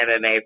MMA